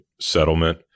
settlement